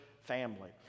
family